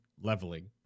leveling